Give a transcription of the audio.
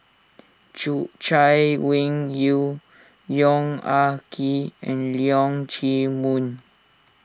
Chay Weng Yew Yong Ah Kee and Leong Chee Mun